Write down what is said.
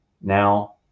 now